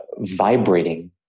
vibrating